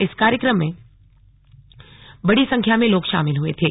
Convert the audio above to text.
इस कार्यक्रम में बड़ी संख्या में लोग शामिल हुए थे